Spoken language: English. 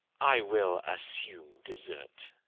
i will assume desert.